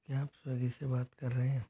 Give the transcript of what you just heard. क्या आप स्विगी से बात कर रहे हैं